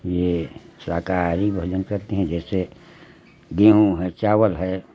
यह शाकाहारी भोजन करती हैं जैसे गेहूँ है चावल है